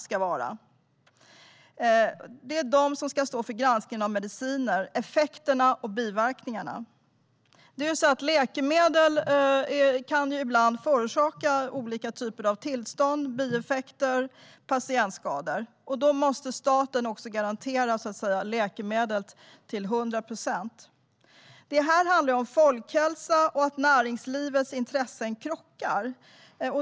Det är Läkemedelsverket som ska stå för granskningen av mediciner, effekterna och biverkningarna. Läkemedel kan ibland förorsaka olika typer av tillstånd, bieffekter och patientskador. Då måste staten garantera läkemedlet till 100 procent. Det handlar om att folkhälsa och näringslivets intressen krockar.